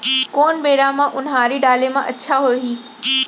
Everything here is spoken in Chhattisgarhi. कोन बेरा म उनहारी डाले म अच्छा होही?